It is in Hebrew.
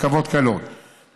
רכבות קלות,